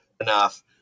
enough